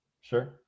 Sure